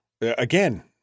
again